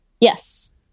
Yes